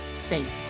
faith